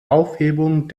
aufhebung